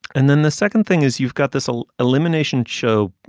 and then the second thing is you've got this whole elimination show.